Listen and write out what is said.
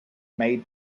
made